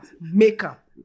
makeup